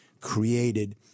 created